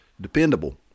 dependable